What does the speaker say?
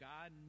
God